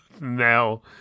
now